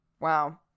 wow